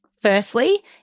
Firstly